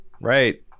Right